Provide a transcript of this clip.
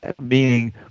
meaning